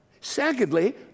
Secondly